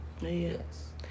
Yes